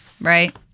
right